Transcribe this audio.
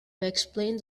explain